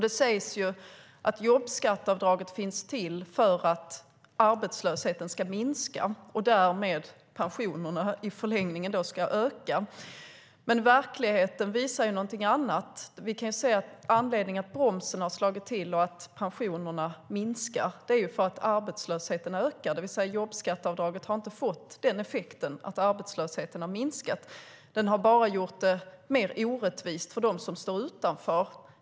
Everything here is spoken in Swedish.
Det sägs att jobbskatteavdraget finns till för att arbetslösheten ska minska och att pensionerna därmed, i förlängningen, ska öka. Men verkligheten visar någonting annat. Vi kan se att anledningen till att bromsen har slagit till och att pensionerna minskar är att arbetslösheten ökar. Jobbskatteavdraget har alltså inte fått effekten att arbetslösheten har minskat. Det har bara gjort det mer orättvist för dem som står utanför.